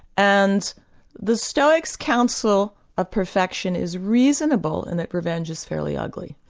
and the stoics counsel of perfection is reasonable in that revenge is fairly ugly.